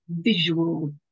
visual